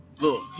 look